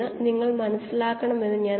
സസ്തന കോശങ്ങളിൽ മണിക്കൂറിൽ 0